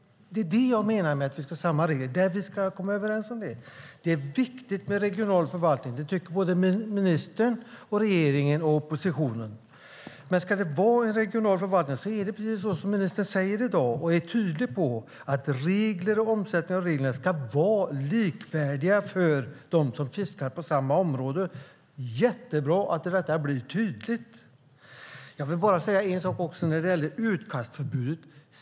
Det är det jag menar med att vi ska ha samma regler. Vi ska komma överens om det. Det är viktigt med regional förvaltning. Det tycker ministern, regeringen och oppositionen. Men ska det vara en regional förvaltning är det precis som ministern säger i dag, och är tydlig med, att reglerna ska vara likvärdiga för dem som fiskar i samma område. Det är jättebra att detta blir tydligt. Jag vill bara säga en sak när det gäller utkastförbudet.